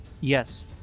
Yes